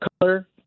color